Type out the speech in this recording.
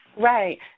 Right